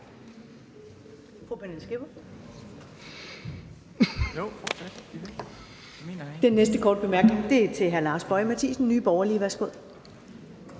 Den næste korte bemærkning er til hr. Lars Boje Mathiesen, Nye Borgerlige. Værsgo.